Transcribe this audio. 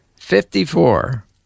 Fifty-four